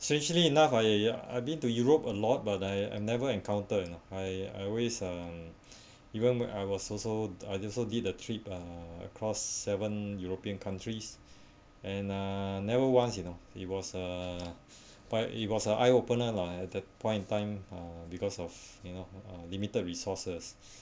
strangely enough I uh I've been to europe a lot but I I never encounter you know I I always uh even when I was also I just so did the trip uh across seven european countries and uh never once you know it was a but it was an eye opener lah at that point in time uh because of you know uh limited resources